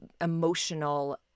emotional